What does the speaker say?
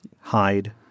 hide